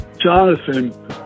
Jonathan